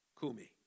Kumi